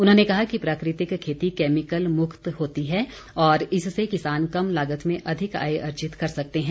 उन्होंने कहा कि प्राकृतिक खेती कैमिकल मुक्त होती है और इससे किसान कम लागत में अधिक आय अर्जित कर सकते हैं